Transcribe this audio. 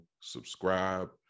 subscribe